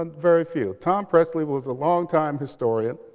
and very few. tom presley was a longtime historian.